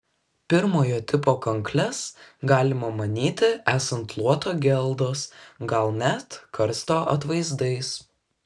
pirmojo tipo kankles galima manyti esant luoto geldos gal net karsto atvaizdais